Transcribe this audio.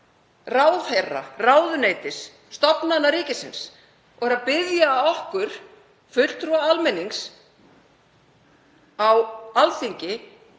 ráðherra, ráðuneytis, stofnana ríkisins. Þeir eru að biðja okkur, fulltrúa almennings á Alþingi,